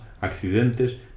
accidentes